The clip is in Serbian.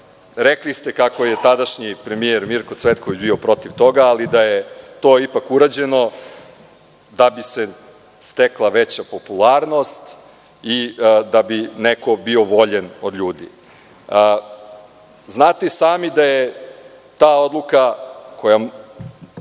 Rekli ste kako je tadašnji premijer Mirko Cvetković bio protiv toga, ali da je to ipak urađeno da bi se stekla veća popularnost i da bi neko bio voljen od ljudi. Znate i sami da je ta odluka koja,